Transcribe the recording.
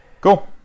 Cool